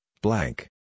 blank